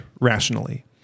rationally